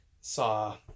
saw